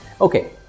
Okay